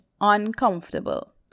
uncomfortable